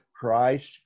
Christ